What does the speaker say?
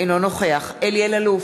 אינו נוכח אלי אלאלוף,